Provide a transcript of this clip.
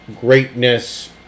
greatness